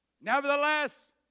Nevertheless